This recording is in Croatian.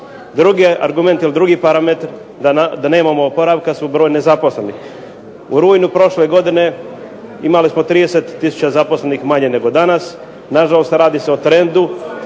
Drugi argument ili drugi parametar da nemamo oporavka je broj nezaposlenih. U rujnu prošle godine imali smo 30 tisuća zaposlenih manje nego danas. Nažalost, radi se o trendu